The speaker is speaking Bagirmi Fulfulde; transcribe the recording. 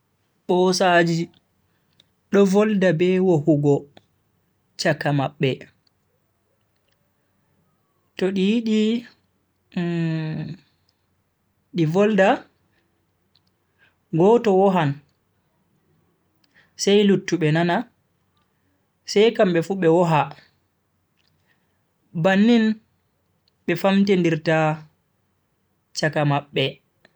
Bosaji do volda be wohugo chaka mabbe, to di yidi di volda, go to vohan sai luttube nana sai kambe fu be woha bannin be famrindirta chaka mabbe.